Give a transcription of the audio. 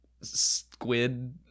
squid